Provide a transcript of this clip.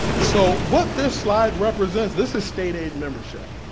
so what this slide represents, this is state aid membership.